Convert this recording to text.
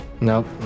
Nope